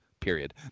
period